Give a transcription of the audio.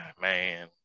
man